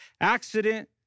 accident